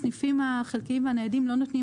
הסניפים החלקיים והניידים לא נותנים